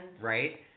Right